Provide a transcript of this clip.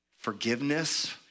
forgiveness